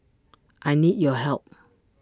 I need your help